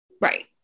Right